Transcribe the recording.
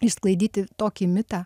išsklaidyti tokį mitą